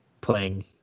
playing